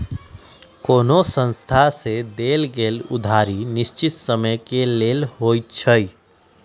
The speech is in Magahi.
कोनो संस्था से देल गेल उधारी निश्चित समय के लेल होइ छइ